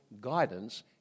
guidance